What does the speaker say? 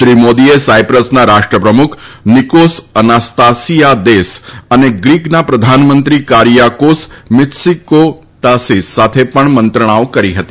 શ્રી મોદીએ સાયપ્રસના રાષ્ટ્રપ્રમુખ નિકોસ અનાસ્તાસીયાદેસ અને ગ્રીકના પ્રધાનમંત્રી કારીયાકોસ મીત્સોતાકીસ સાથે પણ મંત્રણાઓ કરી હતી